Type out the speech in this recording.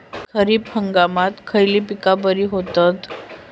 खरीप हंगामात खयली पीका बरी होतत?